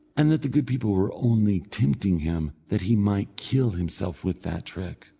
and that the good people were only tempting him that he might kill himself with that trick,